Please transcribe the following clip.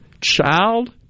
child